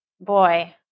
boy